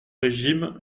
régime